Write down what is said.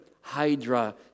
Hydra